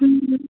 হুম